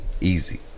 easy